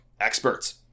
experts